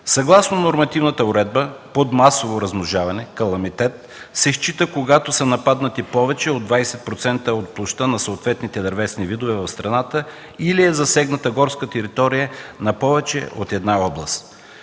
Съгласно нормативната уредба под масово размножаване – каламитет, се стича, когато са нападнати повече от 20% от площта на съответните дървесни видове в страната или е засегната горска територия на повече от една област.